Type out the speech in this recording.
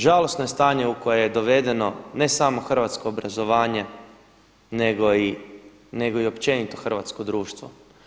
Žalosno je stanje u koje je dovedeno ne samo hrvatsko obrazovanje nego i općenito hrvatsko društvo.